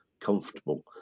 comfortable